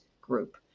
group